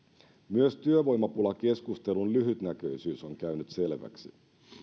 myös työvoimapulakeskustelun lyhytnäköisyys on käynyt selväksi